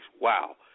wow